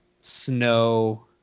snow